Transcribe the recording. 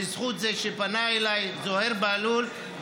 בזכות זה שפנה אליי זוהיר בהלול,